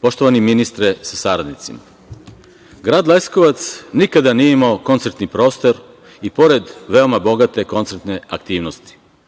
poštovani ministre sa saradnicima, grad Leskovac nikada nije imao koncertni prostor i pored veoma bogate koncertne aktivnosti.